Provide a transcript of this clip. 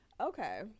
Okay